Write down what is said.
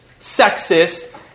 sexist